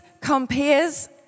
compares